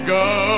go